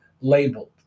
labeled